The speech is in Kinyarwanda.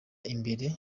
imbere